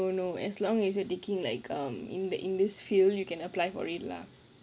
err no no no as long as you are taking like um in the english field you can apply for it lah